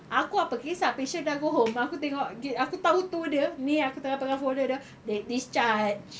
aku apa kisah patient dah go home aku tengok aku tahu tu dia ni aku tengah pegang folder dia late discharge